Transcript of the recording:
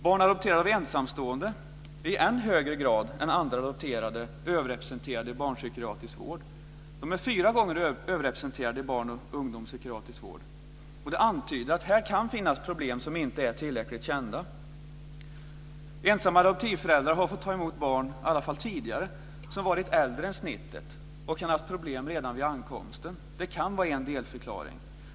Barn adopterade av ensamstående är i än högre grad än andra adopterade överrepresenterade i barnpsykiatrisk vård. De är fyra gånger så många i barn och ungdomspsykiatrisk vård. Detta antyder att det kan finnas problem som inte är tillräckligt kända. Ensamma adoptivföräldrar har fått ta emot barn, i alla fall tidigare, som har varit äldre än snittet och som kan ha haft problem redan vid ankomsten. Det kan vara en delförklaring.